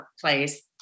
place